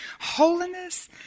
holiness